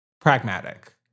pragmatic